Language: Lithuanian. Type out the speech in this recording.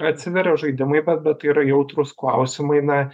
atsiveria žaidimai bet bet tai yra jautrūs klausimai na